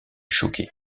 choqué